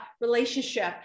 relationship